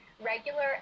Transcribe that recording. Regular